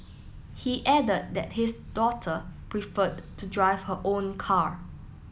he added that his daughter preferred to drive her own car